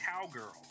Cowgirl